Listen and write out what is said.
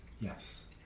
Yes